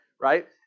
right